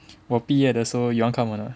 我毕业的时候 you want come anot